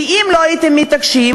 כי אם לא הייתם מתעקשים,